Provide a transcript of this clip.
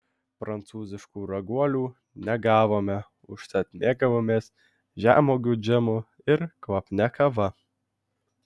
prancūziškų raguolių negavome užtat mėgavomės žemuogių džemu ir kvapnia kava